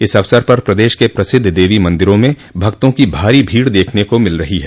इस अवसर पर प्रदेश के प्रसिद्ध देवी मंदिरों में भक्तों की भारी भीड़ देखने को मिल रही है